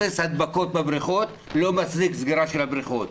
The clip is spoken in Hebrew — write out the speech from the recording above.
אפס הדבקות בבריכות לא מצדיק סגירה של הבריכות.